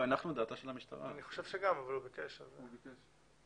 אני חושב שזאת נקודה שכן חשוב להתעכב